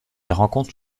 rencontre